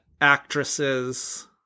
actresses